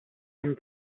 and